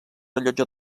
rellotge